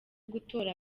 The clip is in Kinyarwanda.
gutora